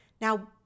Now